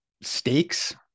stakes